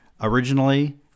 Originally